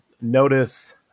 notice